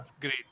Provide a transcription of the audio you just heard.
great